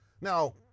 Now